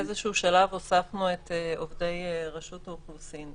באיזשהו שלב הוספנו את עובדי רשות האוכלוסין.